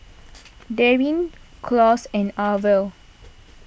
Daryn Claus and Arvel